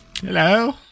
Hello